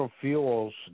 fuels